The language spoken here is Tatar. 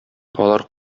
алар